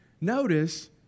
Notice